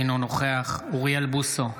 אינו נוכח אוריאל בוסו,